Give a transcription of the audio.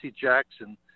Jackson